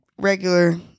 regular